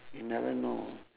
you never know